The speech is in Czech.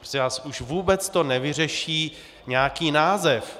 Prosím vás, už vůbec to nevyřeší nějaký název.